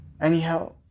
Anyhow